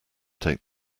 take